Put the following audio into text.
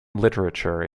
literature